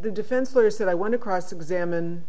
the defense lawyers that i want to cross examine